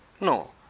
No